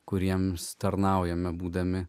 kuriems tarnaujame būdami